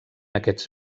aquests